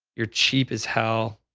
you're cheap as hell.